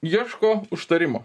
ieško užtarimo